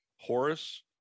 Horace